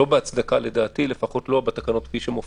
לדעתי, ללא הצדקה, לפחות לא כפי שהתקנות מופיעות.